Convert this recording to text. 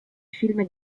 film